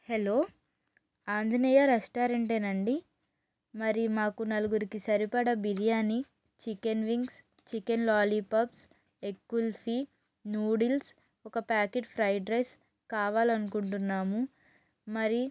hello Anjaneya రెస్టారెంటేనా అండి మరి మాకు నలుగురికి సరిపడా biryani chicken wings chicken lollipops ఎక్కుల్ఫి నూడిల్స్ ఒక ప్యాకెట్ ఫ్రైడ్ రైస్ కావాలనుకుంటున్నాము మరి